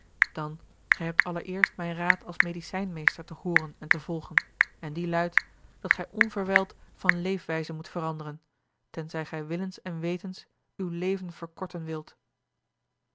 dan gij hebt allereerst mijn raad als medicijnmeester te hooren en te volgen en die luidt dat gij onverwijld van leefwijze moet veranderen tenzij gij willens en wetens uw leven verkorten wilt